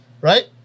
right